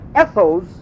ethos